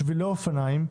שבילי אופניים,